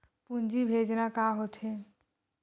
पूंजी भेजना का होथे?